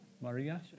Maria